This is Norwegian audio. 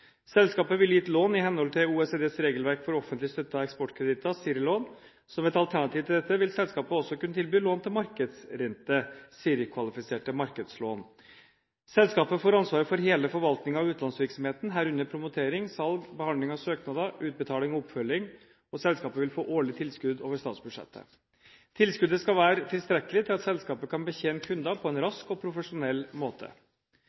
Selskapet vil yte lån i henhold til OECDs regelverk for offentlig støttede eksportkreditter – CIRR-lån. Som et alternativ til dette vil selskapet også kunne tilby lån til markedsrente – CIRR-kvalifiserte markedslån. Selskapet får ansvaret for hele forvaltningen av utlånsvirksomheten, herunder promotering, salg, behandling av søknader, utbetalinger og oppfølging. Selskapet vil få årlig tilskudd over statsbudsjettet. Tilskuddet skal være tilstrekkelig til at selskapet kan betjene kundene på en rask og profesjonell måte.